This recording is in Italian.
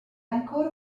ancora